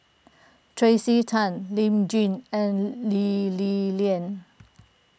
Tracey Tan Lee Tjin and Lee Li Lian